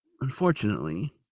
unfortunately